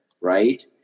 right